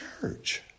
church